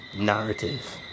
narrative